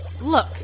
Look